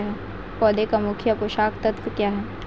पौधे का मुख्य पोषक तत्व क्या हैं?